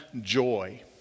joy